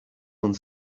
one